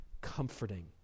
comforting